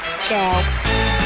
ciao